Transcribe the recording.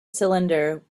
cylinder